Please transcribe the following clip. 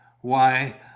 Why